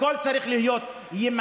הכול צריך להיות ימני?